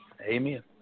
Amen